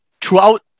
throughout